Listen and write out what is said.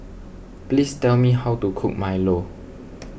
please tell me how to cook Milo